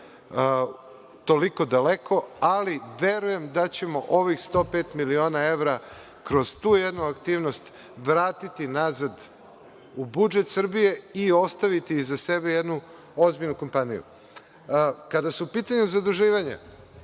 toliko daleko, ali verujem da ćemo ovih 105 miliona evra kroz tu jednu aktivnost vratiti nazad u budžet Srbije i ostaviti iza sebe jednu ozbiljnu kompaniju. Kada su u pitanju zaduživanja,